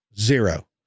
Zero